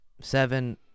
seven